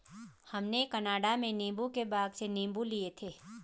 हमने कनाडा में नींबू के बाग से नींबू लिए थे